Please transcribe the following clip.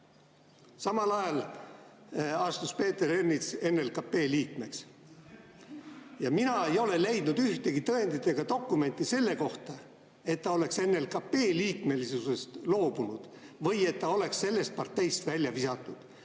astus Peeter Ernits NLKP liikmeks. Ja mina ei ole leidnud ühtegi tõendit ega dokumenti selle kohta, et ta oleks NLKP liikmesusest loobunud või et ta oleks sellest parteist välja visatud.